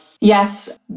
yes